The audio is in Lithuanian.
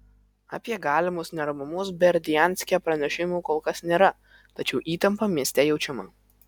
apie galimus neramumus berdianske pranešimų kol kas nėra tačiau įtampa mieste jaučiama